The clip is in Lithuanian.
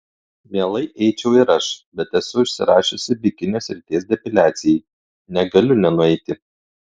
mielai eičiau ir aš bet esu užsirašiusi bikinio srities depiliacijai negaliu nenueiti